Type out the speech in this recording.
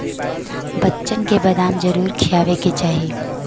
बच्चन के बदाम जरूर खियावे के चाही